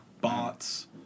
bots